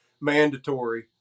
mandatory